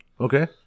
Okay